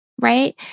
right